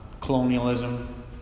colonialism